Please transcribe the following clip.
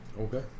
Okay